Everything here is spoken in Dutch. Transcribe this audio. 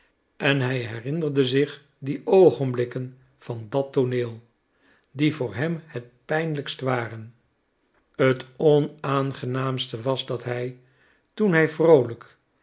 en herinnerde zich die oogenbllkken van dat tooneel die voor hem het pijnlijkst waren t onaangenaamste was dat hij toen hij vroolijk